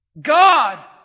God